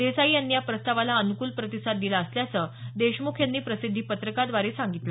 देसाई यांनी या प्रस्तावाला अनुकूल प्रतिसाद दिला असल्याचं देशमुख यांनी प्रसिद्धी पत्रकाद्वारे सांगितलं